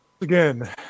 Again